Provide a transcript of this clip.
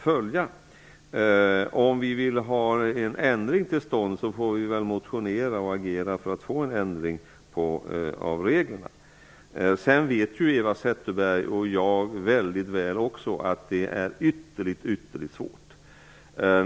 Om vi vill få till stånd en ändring av reglerna får vi motionera och agera för det. Eva Zetterberg och jag vet också att detta är ytterligt svårt.